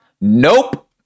Nope